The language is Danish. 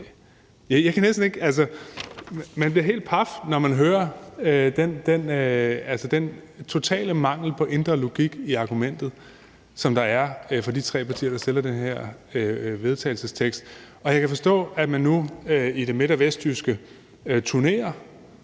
er jo dømt for det! Man bliver helt paf, når man hører den totale mangel på indre logik i argumentet, som der er hos de tre partier, der fremsætter det her forslag til vedtagelse. Og jeg kan forstå, at man nu i det midt- og vestjyske turnerer